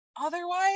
otherwise